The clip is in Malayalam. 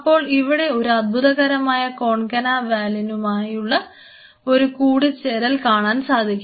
അപ്പോൾ ഇവിടെ ഒരു അത്ഭുതകരമായ കോൺകന വാലിനുമായുള്ള ഒരു കൂടിച്ചേരൽ കാണാൻ സാധിക്കും